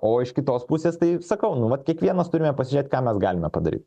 o iš kitos pusės tai sakau nu vat kiekvienas turime pažiūrėt ką mes galime padaryt